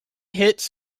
hits